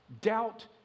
Doubt